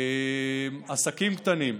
עסקים קטנים,